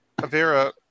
Avera